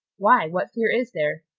why, what fear is there?